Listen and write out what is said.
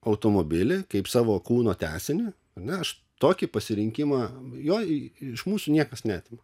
automobilį kaip savo kūno tęsinį na aš tokį pasirinkimą jo iš mūsų niekas neatima